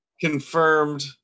Confirmed